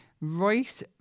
Royce